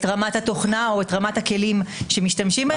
רמת התוכנה או את רמת הכלים שמשתמשים בהם,